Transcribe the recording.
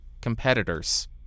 competitors